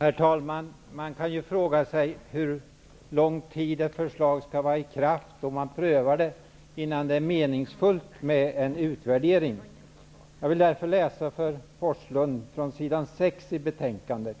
Herr talman! Man kan fråga sig hur lång tid något skall vara i kraft innan det är meningsfullt med en utvärdering. Jag vill därför för Bo Forslund läsa upp ett stycke på s. 6 i betänkandet.